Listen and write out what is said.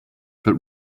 but